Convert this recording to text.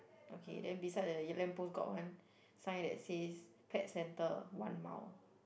okay then beside the lamp post got one sign that says pet center one mile